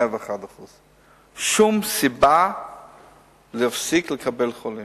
101%. שום סיבה להפסיק לקבל חולים,